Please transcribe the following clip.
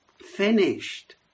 finished